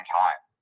time